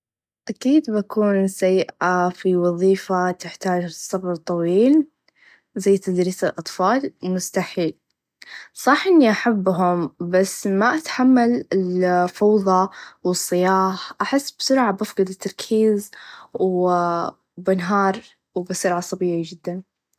أكيد بكون سيئا في وظيفه تختاچ صبر طويل زي تدريس الأطفال مستحيل صح إني أحبهم بس ما أتحمل الفوظى و الصياح أحس بسرعه بفقد التركيز و بنهار و بصير عصبيه چدا.